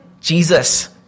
Jesus